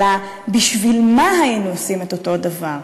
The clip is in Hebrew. אלא בשביל מה היינו עושים את אותו דבר,